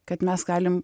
kad mes galim